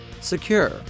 Secure